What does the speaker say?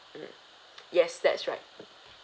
yes that's right